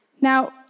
Now